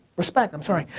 respect, i'm sorry.